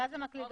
ואז הן מקלידות?